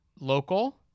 local